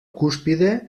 cúspide